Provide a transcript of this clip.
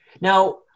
Now